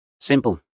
Simple